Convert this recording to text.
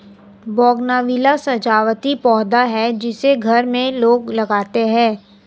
bougainvillea सजावटी पौधा है जिसे घर में लोग लगाते हैं